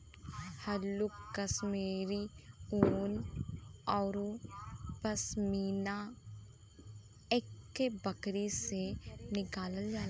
हल्लुक कश्मीरी उन औरु पसमिना एक्के बकरी से निकालल जाला